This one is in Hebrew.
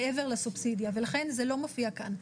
מעבר לסובסידיה, ולכן זה לא מופיע כאן.